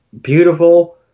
beautiful